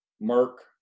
Mark